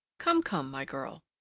come, come, my girl,